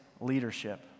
leadership